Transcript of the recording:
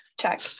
Check